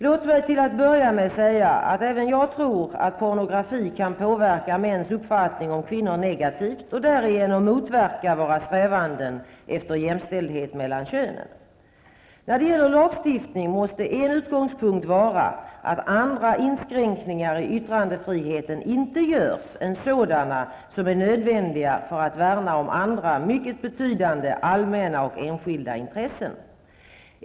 Låt mig till att börja med säga att även jag tror att pornografi kan påverka mäns uppfattning om kvinnor negativt och därigenom motverka våra strävanden efter jämställdhet mellan könen. När det gäller lagstiftning måste en utgångspunkt vara att andra inskränkningar i yttrandefriheten inte görs än sådana som är nödvändiga för att värna om andra, mycket betydande, allmänna och enskilda intressen.